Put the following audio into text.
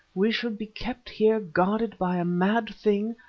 we should be kept here guarded by a mad thing,